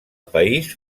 país